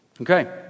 Okay